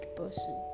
person